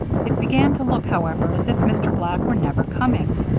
it began to look, however, as if mr. black were never coming.